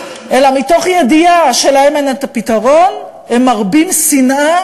אלא מתוך ידיעה שלהם אין את הפתרון הם מרבים שנאה